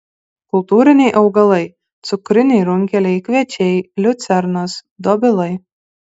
kultūriniai augalai cukriniai runkeliai kviečiai liucernos dobilai